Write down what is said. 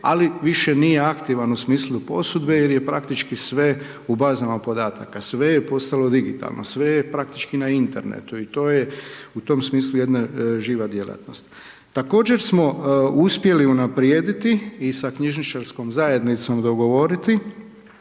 ali više nije aktivan u smislu posudbe, jer je praktički sve u bazama podataka. Sve je postalo digitalno, sve je praktično na internetu i to je u tom smislu jedna živa djelatnost. Također smo uspjeli unaprijediti sa knjižničarskom zajednicom dogovoriti